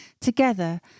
Together